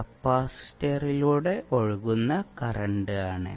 കപ്പാസിറ്ററിലൂടെ ഒഴുകുന്ന കറണ്ട് ആണ്